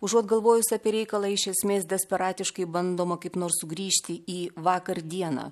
užuot galvojus apie reikalą iš esmės desperatiškai bandoma kaip nors sugrįžti į vakar dieną